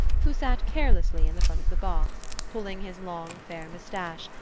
who sat carelessly in the front of the box, pulling his long fair moustache,